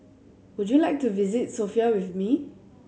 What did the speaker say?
would you like to visit Sofia with me